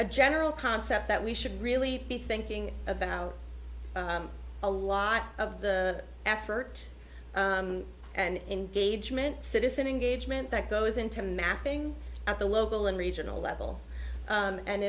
a general concept that we should really be thinking about a lot of the effort and engagement citizen engagement that goes into mapping at the local and regional level